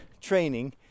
training